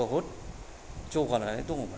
बहुद जौगानानै दङमोन